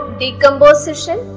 decomposition